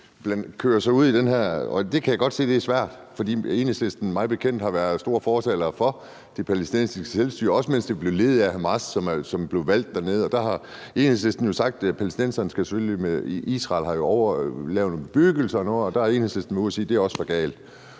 det, kan jeg godt se, det er svært. For Enhedslisten har mig bekendt været store fortalere for det palæstinensiske selvstyre, også mens det blev ledet af Hamas, som blev valgt dernede. Og der har Enhedslisten jo sagt, at palæstinenserne skal søge ly, og Israel har lavet nogle bebyggelser og sådan noget, og der har Enhedslisten været ude at sige, at det også er for galt.